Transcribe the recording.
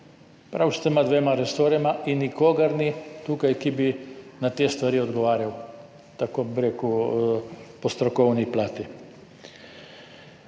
prav s tema dvema resorjema. In nikogar ni tukaj, ki bi na te stvari odgovarjal tako, bi rekel, po strokovni plati.